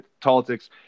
politics